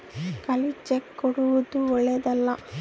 ಖಾಲಿ ಚೆಕ್ ಕೊಡೊದು ಓಳ್ಳೆದಲ್ಲ